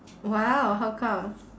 !wow! how come